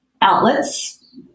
outlets